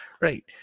right